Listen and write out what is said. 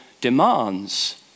demands